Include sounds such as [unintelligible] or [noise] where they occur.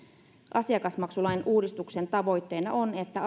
asiakasmaksulain uudistuksen tavoitteena on että [unintelligible]